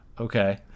Okay